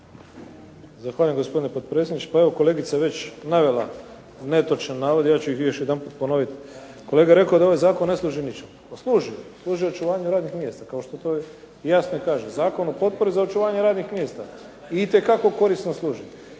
Zahvaljujem gospodine potpredsjedniče. Pa evo kolegica je već navela netočan navod, ja ću ih još jedanput ponoviti. Kolega je rekao da ovaj zakon ne služi ničemu. Pa služi. Služi očuvanju radnih mjesta, kao što to i jasno kaže, Zakon o potpori za očuvanje radnih mjesta. Itekako korisno služi.